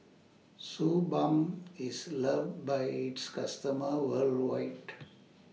Suu Balm IS loved By its customers worldwide